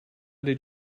did